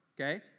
okay